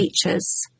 features